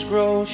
Grow